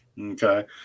Okay